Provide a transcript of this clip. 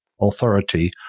authority